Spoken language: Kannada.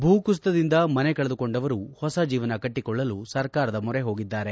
ಭೂಕುಸಿತದಿಂದ ಮನೆಕಳೆದುಕೊಂಡವರು ಹೊಸ ಜೀವನ ಕಟ್ಟಿಕೊಳ್ಳಲು ಸರ್ಕಾರದ ಮೊರೆ ಹೋಗಿದ್ದಾರೆ